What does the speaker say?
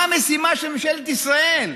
מה המשימה של ממשלת ישראל?